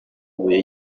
ibuye